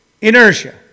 Inertia